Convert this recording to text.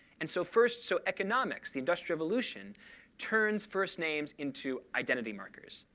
and so first, so economics the industrial revolution turns first names into identity markers,